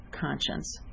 conscience